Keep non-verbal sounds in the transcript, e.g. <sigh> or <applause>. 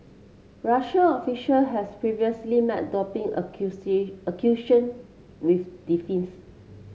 Russian official has previously met doping <unintelligible> with <unintelligible>